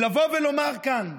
לבוא ולומר כאן: